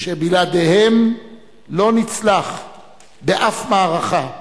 שבלעדיהם לא נצלח באף מערכה,